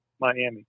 Miami